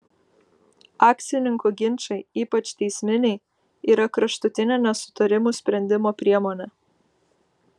akcininkų ginčai ypač teisminiai yra kraštutinė nesutarimų sprendimo priemonė